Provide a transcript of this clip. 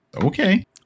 Okay